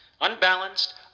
Unbalanced